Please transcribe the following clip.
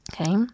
okay